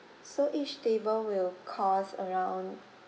so each table will cost around